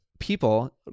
People